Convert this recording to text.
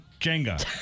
Jenga